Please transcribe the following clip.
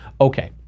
Okay